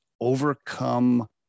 overcome